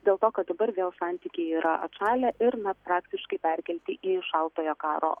dėl to kad dabar vėl santykiai yra atšalę ir na praktiškai perkelti į šaltojo karo